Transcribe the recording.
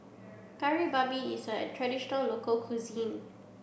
Kari Babi is a traditional local cuisine